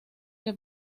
que